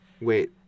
Wait